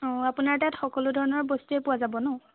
অ' আপোনাৰ তাত সকলোধৰণৰ বস্তুৱে পোৱা যাব ন'